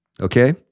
Okay